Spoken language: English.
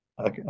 Okay